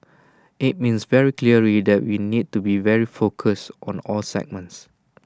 IT means very clearly that we need to be very focused on all segments